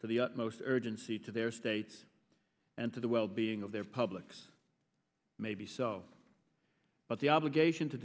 to the utmost urgency to their states and to the well being of their publics may be so but the obligation to